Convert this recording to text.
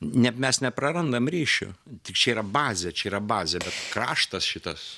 mes neprarandam ryšio tik čia yra bazė čia yra bazė bet kraštas šitas